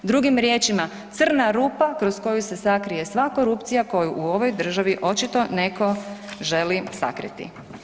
Drugim riječima, crna rupa kroz koju se sakrije sva korupcija koju u ovoj državi očito netko želi sakriti.